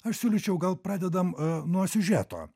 aš siūlyčiau gal pradedam nuo siužeto